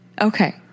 Okay